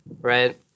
Right